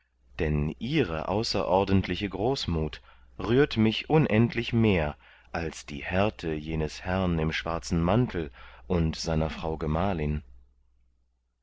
denn ihre außerordentliche großmuth rührt mich unendlich mehr als die härte jenes herrn im schwarzen mantel und seiner frau gemahlin